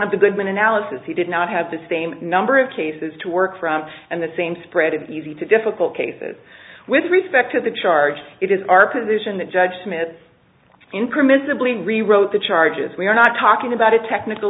of goodwin analysis he did not have the same number of cases to work from and the same spread is easy to difficult cases with respect to the charge it is our position that judge smith in permissibly rewrote the charges we are not talking about a technical